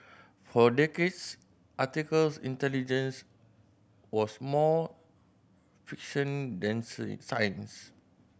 for decades articles intelligence was more fiction than science